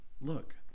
Look